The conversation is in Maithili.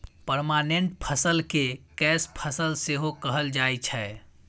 परमानेंट फसल केँ कैस फसल सेहो कहल जाइ छै